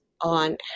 on